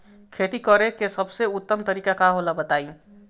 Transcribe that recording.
खेती करे के सबसे उत्तम तरीका का होला बताई?